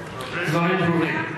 גמור.